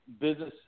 business